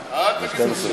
חיליק.